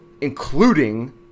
including